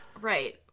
Right